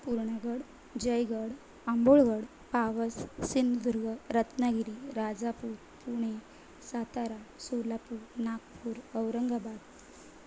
Purnagad Jaigad Ambolgad Pawas Sindhudurg Ratnagiri Rajapur Pune Satara Solapur Nagpur Aurangabad